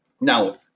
now